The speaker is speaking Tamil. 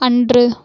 அன்று